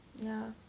ya